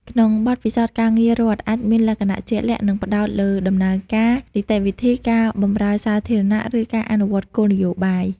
ក្នុងបទពិសោធន៍ការងាររដ្ឋអាចមានលក្ខណៈជាក់លាក់ និងផ្តោតលើដំណើរការ នីតិវិធី ការបម្រើសាធារណៈ ឬការអនុវត្តគោលនយោបាយ។